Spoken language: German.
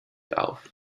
auf